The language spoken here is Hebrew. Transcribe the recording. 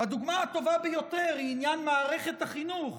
הדוגמה הטובה ביותר היא עניין מערכת החינוך,